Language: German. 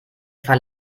fall